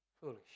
foolish